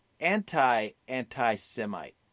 anti-anti-Semite